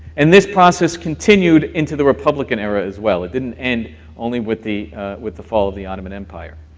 and this process continued into the republican era, as well, it didn't end only with the with the fall of the ottoman empire.